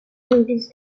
builders